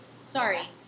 sorry